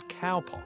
cowpox